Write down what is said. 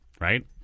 right